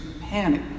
panic